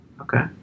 Okay